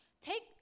Take